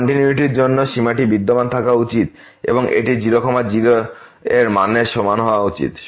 continuity র জন্য সীমাটি বিদ্যমান থাকা উচিত এবং এটি 0 0 এর মানের সমান হওয়া উচিত